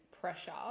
pressure